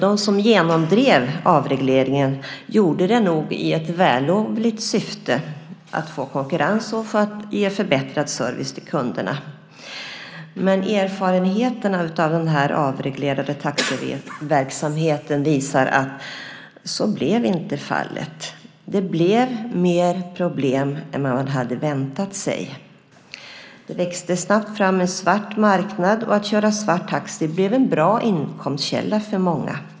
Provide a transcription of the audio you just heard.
De som genomdrev avregleringen gjorde det nog i ett vällovligt syfte att få konkurrens och ge förbättrad service till kunderna. Men erfarenheterna av den avreglerade taxiverksamheten visar att så blev inte fallet. Det blev mer problem än vad man hade väntat sig. Det växte snabbt fram en svart marknad. Att köra svarttaxi blev en bra inkomstkälla för många.